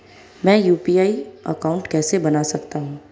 मैं UPI account कैसे बना सकता हूं?